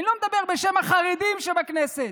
אני לא מדבר בשם החרדים שבכנסת,